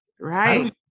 Right